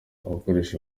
abakoresha